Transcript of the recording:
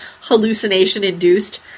hallucination-induced